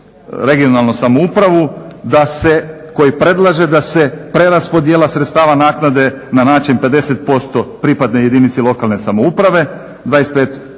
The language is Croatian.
(regionalnu) samoupravu koji predlaže da se preraspodjela sredstava naknade na način 50% pripadne jedinici lokalne samouprave, 25